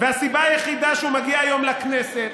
הסיבה היחידה שהוא מגיע היום לכנסת